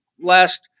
last